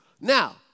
now